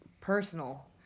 personal